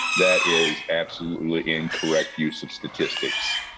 that is absolutely incorrect use of statistics.